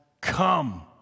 come